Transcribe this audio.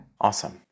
awesome